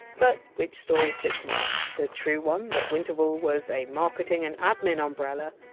but which story sticks more the true one, that winterval was a marketing and admin umbrella,